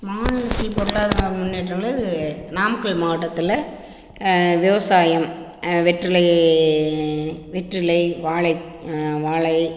மாநிலத்தின் பொருளாதார முன்னேற்றங்களில் நாமக்கல் மாவட்டத்தில் விவசாயம் வெற்றிலை வெற்றிலை வாழை வாழை